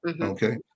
okay